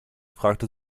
fragte